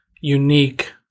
unique